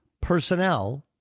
personnel